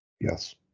Yes